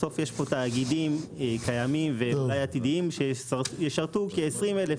בסוף יש פה תאגידים קיימים ואולי עתידיים שישרתו כ-20,000,